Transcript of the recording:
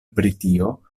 britio